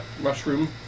mushroom